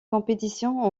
compétitions